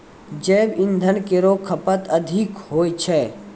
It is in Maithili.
जैव इंधन केरो खपत अधिक होय छै